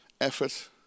effort